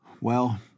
Well